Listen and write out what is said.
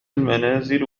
المنازل